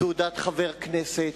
רשיון נהיגה, תעודת חבר כנסת.